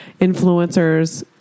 Influencers